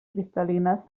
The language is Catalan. cristal·lines